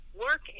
work